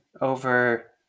over